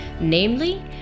namely